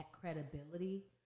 credibility